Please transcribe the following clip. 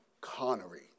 Connery